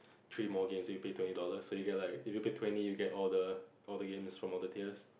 three more games you pay twenty dollars so you get like if you pay twenty you get all the all the games from all the tiers